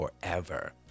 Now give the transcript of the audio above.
forever